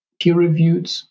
peer-reviewed